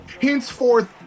Henceforth